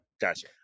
gotcha